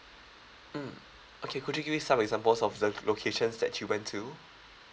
mm okay could you give me some examples of the locations that you went to